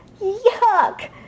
Yuck